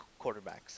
quarterbacks